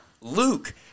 Luke